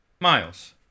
miles